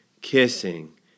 kissing